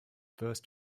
first